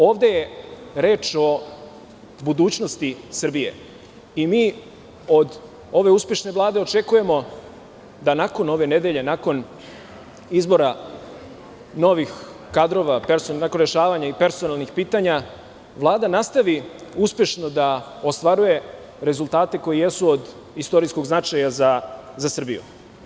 Ovde je reč o budućnosti Srbije i mi od ove uspešne Vlade očekujemo da nakon ove nedelje, izbora novih kadrova, personalnih pitanja, Vlada nastavi uspešno da ostvaruje rezultate koji jesu od istorijskog značaja zaSrbiju.